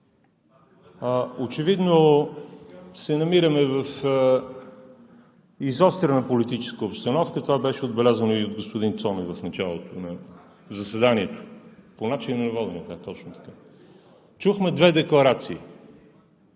очевидно се намираме в изострена политическа обстановка. Това беше отбелязано и от господин Цонев в началото на заседанието. (Реплика от ГЕРБ.) По начина на водене – да, точно така. Чухме две декларации